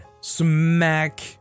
Smack